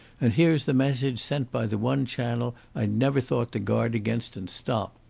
and here's the message sent by the one channel i never thought to guard against and stop.